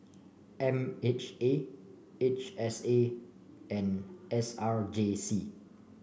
M H A H S A and S R J C